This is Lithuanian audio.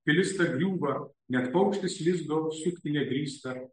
pilis ta griūva net paukštis lizdo sukti nedrįsta